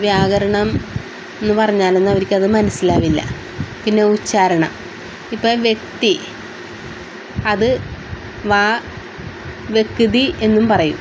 വ്യാകരണം എന്ന് പറഞ്ഞാലൊന്നും അവർക്ക് അത് മനസ്സിലാവില്ല പിന്നെ ഉച്ചാരണം ഇപ്പം വ്യക്തി അത് വാ വെക്കതി എന്നും പറയും